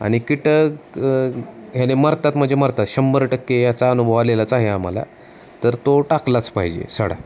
आणि कीटक ह्याने मरतात म्हणजे मरतात शंभर टक्के याचा अनुभव आलेलाच आहे आम्हाला तर तो टाकलाच पाहिजे सडा